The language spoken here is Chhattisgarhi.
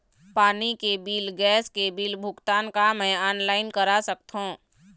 पानी बिल गैस बिल के भुगतान का मैं ऑनलाइन करा सकथों?